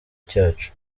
cyacu